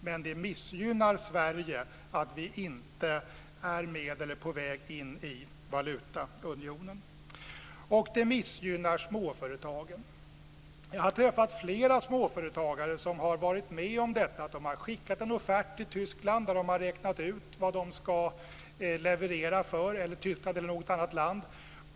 Men det missgynnar Sverige att vi inte är med i eller på väg in i valutaunionen. Och det missgynnar småföretagen. Jag har träffat flera småföretagare som har varit med om detta: De har skickat en offert till Tyskland eller något annat land där de har räknat ut vad de ska leverera för.